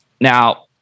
Now